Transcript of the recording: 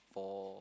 for